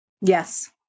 yes